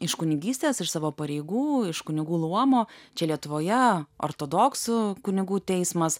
iš kunigystės iš savo pareigų iš kunigų luomo čia lietuvoje ortodoksų kunigų teismas